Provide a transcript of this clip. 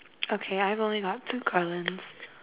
okay I've only got two columns